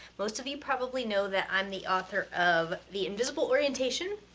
most of you probably know that i'm the author of the invisible orientation,